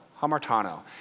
hamartano